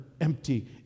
empty